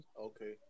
Okay